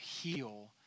heal